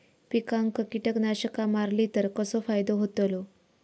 पिकांक कीटकनाशका मारली तर कसो फायदो होतलो?